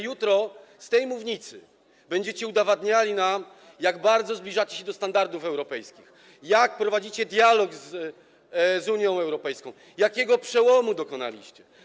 Jutro z tej mównicy będziecie udowadniali nam, jak bardzo zbliżacie się do standardów europejskich, jak prowadzicie dialog z Unią Europejską, jakiego przełomu dokonaliście.